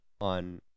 on